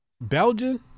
Belgian